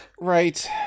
Right